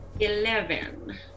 Eleven